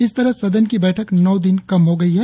इस तरह सदन की बैठक नौ दिन कम हो गई हैं